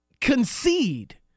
concede